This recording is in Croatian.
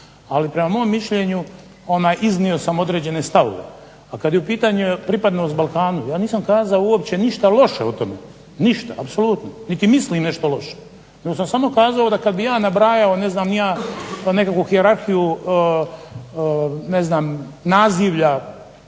ali prema mom mišljenju iznio sam određene stavove. Pa kad je u pitanju pripadnost Balkanu ja nisam kazao uopće ništa loše o tome, ništa apsolutno, niti mislim nešto loše. Nego sam samo kazao da kad bih ja nabrajao ne znam ni ja da nekakvu hijerarhiju ne znam nazivlja